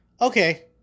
Okay